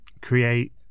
create